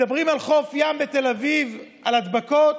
מדברים על חוף ים בתל אביב, על הדבקות,